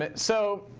ah so